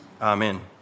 Amen